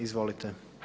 Izvolite.